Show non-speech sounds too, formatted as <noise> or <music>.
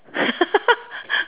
<laughs>